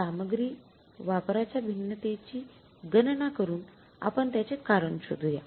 सामग्री वापरा च्या भिन्नतेची गणना करुन आपण त्याचे कारण शोधूया